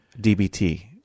DBT